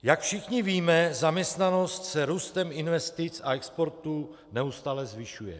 Jak všichni víme, zaměstnanost se růstem investic a exportu neustále zvyšuje.